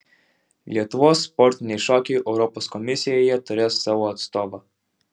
lietuvos sportiniai šokiai europos komisijoje turės savo atstovą